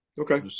Okay